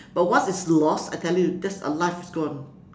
but once it's lost I tell you that's a life gone